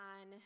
on